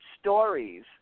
stories